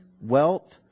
wealth